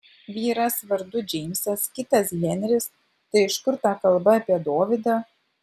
vyras vardu džeimsas kitas henris tai iš kur ta kalba apie dovydą